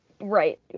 right